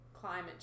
climate